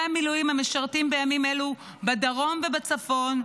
המילואים שמשרתים בימים אלו בדרום ובצפון,